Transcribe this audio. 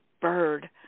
bird